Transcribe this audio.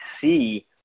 see